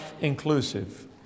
inclusive